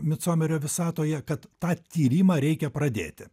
micomerio visatoje kad tą tyrimą reikia pradėti